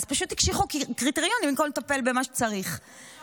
אז פשוט הקשיחו קריטריונים במקום לטפל במה שצריך.